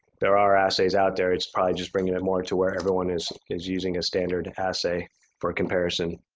there are assays out there. it's probably just bringing it more to where everyone is is using a standard assay for comparison.